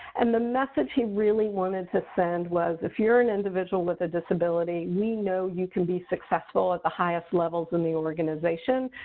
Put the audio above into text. and the message he really wanted to send was if you're an individual with a disability, we know you can be successful at the highest levels in the organization,